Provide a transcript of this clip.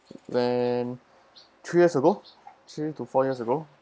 then three years ago three years to four years ago